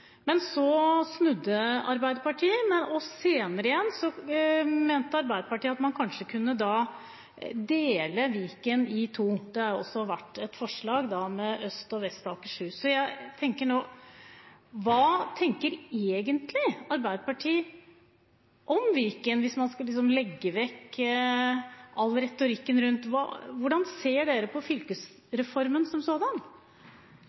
Men så snudde Arbeiderpartiet, og senere igjen mente Arbeiderpartiet at man kanskje kunne dele Viken i to – det har også vært et forslag – med en østlig og en vestlig del av Akershus. Så jeg tenker nå: Hva tenker egentlig Arbeiderpartiet om Viken, hvis man skal legge vekk all retorikken rundt? Hvordan ser dere på fylkesreformen som sådan?